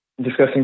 discussing